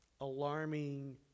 alarming